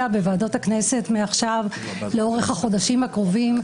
בוועדות הכנסת מעכשיו לאורך החודשים הקרובים,